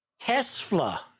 Tesla